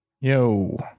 Yo